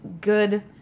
good